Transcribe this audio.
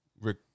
Rick